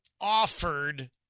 offered